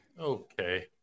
Okay